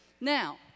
Now